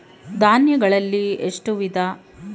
ಧಾನ್ಯಗಳಲ್ಲಿ ಎಷ್ಟು ವಿಧ?